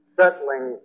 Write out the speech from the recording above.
settling